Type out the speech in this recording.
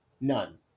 None